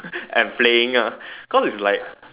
and playing cause its like